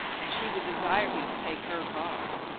and she would desire him take her cause.